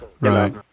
right